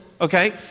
okay